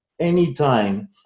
anytime